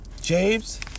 James